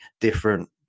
different